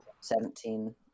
seventeen